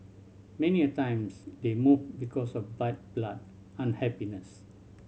many a times they move because of bad blood unhappiness